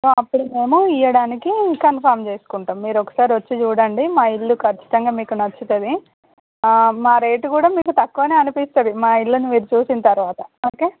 so అప్పుడు మేము ఇయ్యడానికి కన్ఫార్మ్ చేసుకుంటాం మీరు ఒకసారి వచ్చి చూడండి మా ఇల్లు ఖచ్చితంగా మీకు నచ్చుతుంది మా రేటు కూడా మీకు తక్కువనే అనిపిస్తుంది మా ఇల్లును మీరు చూసిన తర్వాత ఓకే